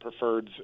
preferreds